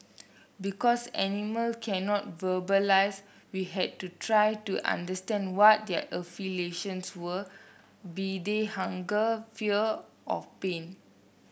because animal cannot verbalise we had to try to understand what their affiliations were be they hunger fear of pain